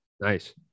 nice